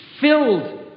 filled